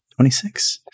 26